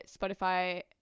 spotify